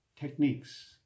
techniques